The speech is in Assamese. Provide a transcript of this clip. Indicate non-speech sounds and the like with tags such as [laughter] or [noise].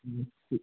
[unintelligible]